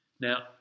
Now